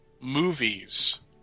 movies